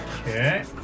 Okay